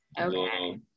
Okay